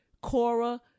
Cora